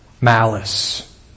malice